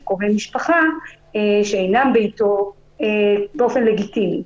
של קרובי משפחה שאינם ביתו באופן לגיטימי.